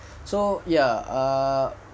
so ya err